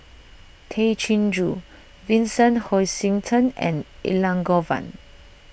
Tay Chin Joo Vincent Hoisington and Elangovan